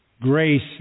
grace